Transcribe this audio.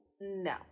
No